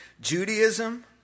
Judaism